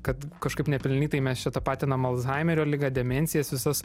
kad kažkaip nepelnytai mes čia tapatinam alzhaimerio ligą demencijas visas